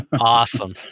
Awesome